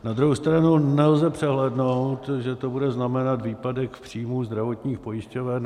Na druhou stranu nelze přehlédnout, že to bude znamenat výpadek příjmů zdravotních pojišťoven.